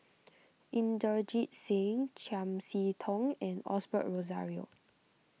Inderjit Singh Chiam See Tong and Osbert Rozario